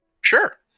sure